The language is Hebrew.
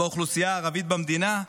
האוכלוסייה הערבית במדינה,